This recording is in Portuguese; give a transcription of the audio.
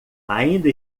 ainda